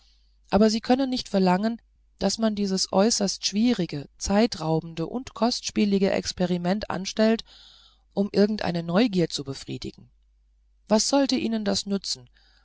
aber sie können nicht verlangen daß man dieses äußerst schwierige zeitraubende und kostspielige experiment anstellt um irgendeine neugier zu befriedigen was sollte ihnen das nützen